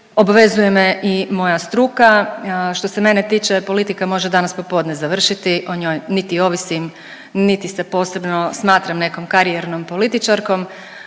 obvezuje me i moja struka. Što se mene tiče politika može danas popodne završiti, o njoj niti ovisim, niti se posebno smatram nekom karijernom političarkom,